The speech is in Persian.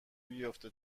بیفته